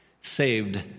saved